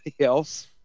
else